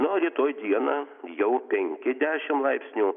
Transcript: na o rytoj dieną jau penki dešim laipsnių